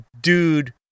dude